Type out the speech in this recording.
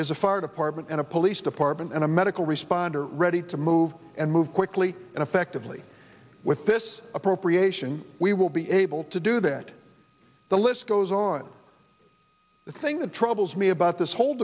is a fire department and a police department and a medical responder ready to move and move quickly and effectively with this appropriation we will be able to do that the list goes on the thing that troubles me about this whole